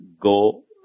go